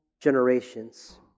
generations